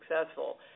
successful